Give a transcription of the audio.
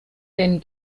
den